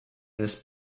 this